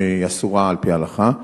האסורה על-פי ההלכה?